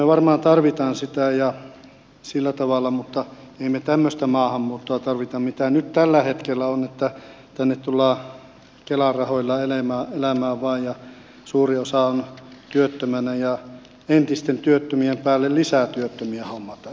me varmaan tarvitsemme sitä ja sillä tavalla mutta emme me tämmöistä maahanmuuttoa tarvitse mitä nyt tällä hetkellä on että tänne tullaan kelan rahoilla elämään vain ja suuri osa on työttömänä ja entisten työttömien päälle lisää työttömiä hommataan